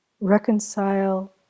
reconcile